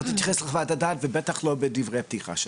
אבל תתייחס לחוות הדעת ובטח לא בדברי הפתיחה שלה,